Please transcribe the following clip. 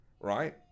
right